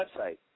website